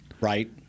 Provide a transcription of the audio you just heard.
right